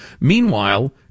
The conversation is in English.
Meanwhile